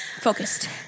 focused